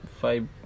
five